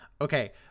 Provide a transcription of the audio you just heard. Okay